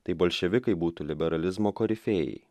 tai bolševikai būtų liberalizmo korifėjai